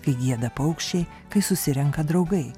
kai gieda paukščiai kai susirenka draugai